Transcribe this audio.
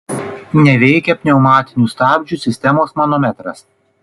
neveikia pneumatinių stabdžių sistemos manometras